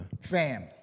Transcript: Fam